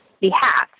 behalf